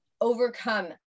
overcome